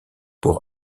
pour